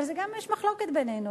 אבל גם יש מחלוקת בינינו,